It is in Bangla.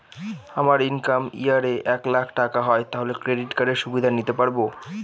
আমার ইনকাম ইয়ার এ এক লাক টাকা হয় তাহলে ক্রেডিট কার্ড এর সুবিধা নিতে পারবো?